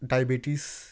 diabetes